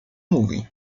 mówi